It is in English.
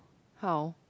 how